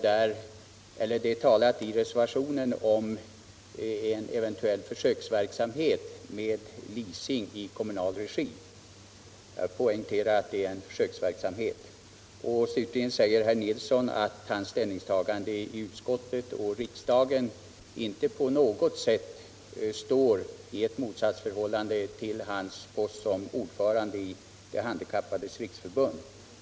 Det talas i reservationen om en eventuell försöksverksamhet med leasing av bilar i kommunal regi. Jag vill poängtera att det är en försöksverksamhet. Slutligen säger herr Nilsson i Kristianstad att hans ställningstagande i utskottet och riksdagen inte på något sätt står i motsatsförhållande till hans post som ordförande i De handikappades riksförbund.